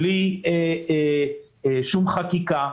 בלי שום חקיקה.